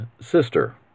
sister